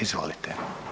Izvolite.